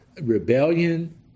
rebellion